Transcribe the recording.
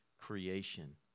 creation